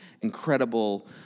incredible